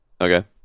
Okay